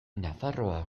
nafarroa